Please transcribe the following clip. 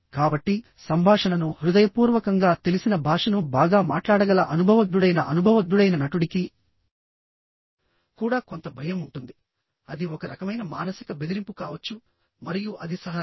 కాబట్టి సంభాషణను హృదయపూర్వకంగా తెలిసిన భాషను బాగా మాట్లాడగల అనుభవజ్ఞుడైన అనుభవజ్ఞుడైన నటుడికి కూడా కొంత భయం ఉంటుంది అది ఒక రకమైన మానసిక బెదిరింపు కావచ్చు మరియు అది సాధారణం